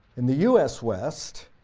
in the u s. west,